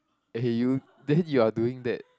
okay you then you are doing that